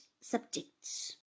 subjects